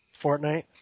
Fortnite